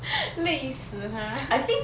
累死 ha